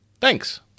Thanks